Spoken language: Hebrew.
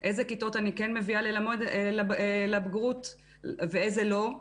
איזה כיתות אני כן מביאה לבגרות ואיזה לא.